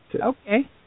Okay